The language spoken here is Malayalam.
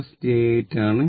ഇത് 4 j 3 ആണ്